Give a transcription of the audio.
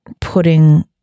putting